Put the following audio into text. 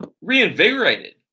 reinvigorated